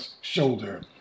shoulder